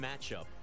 matchup